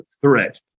threat